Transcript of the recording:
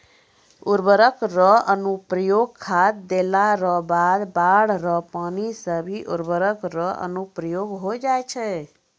उर्वरक रो अनुप्रयोग खाद देला रो बाद बाढ़ रो पानी से भी उर्वरक रो अनुप्रयोग होय जाय छै